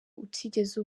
utigeze